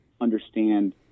understand